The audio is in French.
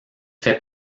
fait